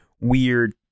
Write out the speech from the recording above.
weird